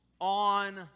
on